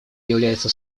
является